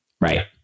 right